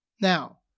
Now